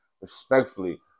respectfully